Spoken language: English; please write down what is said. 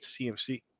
cmc